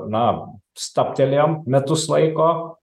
na stabtelėjom metus laiko